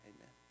Amen